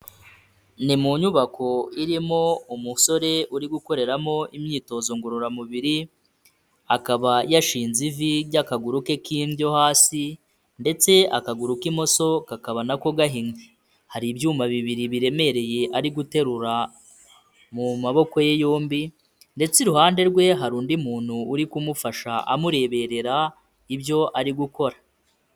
Ni mu nyubako irimo umusore uri gukoreramo imyitozo ngororamubiri, akaba yashinze ivi ry'akaguru ke k'indyo hasi ndetse akaguru k'imoso kakaba nako gahinnye, hari ibyuma bibiri biremereye ari guterura mu maboko ye yombi ndetse iruhande rwe hari undi muntu uri kumufasha amureberera ibyo ari gukora.